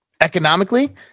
Economically